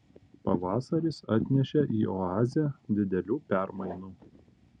pavasaris atnešė į oazę didelių permainų